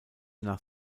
nach